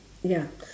ya